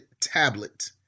tablet